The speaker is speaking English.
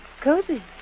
Cozy